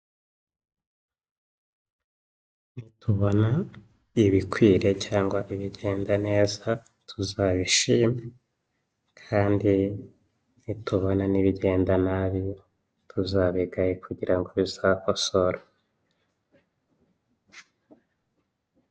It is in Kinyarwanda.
Nitubona ibikwiriye cyangwa ibigenda neza tuzabishime, kandi nitubona n'ibigenda nabi tuzabigaye kugira ngo bizakosorwe.